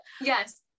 yes